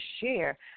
share